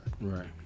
Right